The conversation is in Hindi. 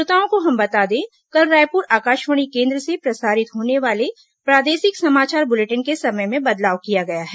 श्रोताओं को हम बता दें कल रायपुर आकाशवाणी केंद्र से प्रसारित होने वाले प्रादेशिक समाचार बुलेटिन के समय में बदलाव किया गया है